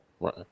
Right